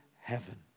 heaven